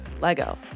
Lego